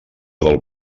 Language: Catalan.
del